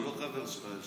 הוא לא חבר שלך.